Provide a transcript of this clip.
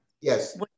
Yes